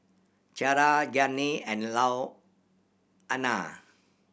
Ciara Gianni and Louanna